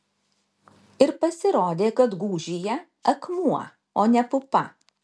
ir pasirodė kad gūžyje akmuo o ne pupa